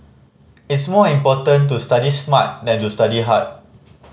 it's more important to study smart than to study hard